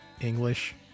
English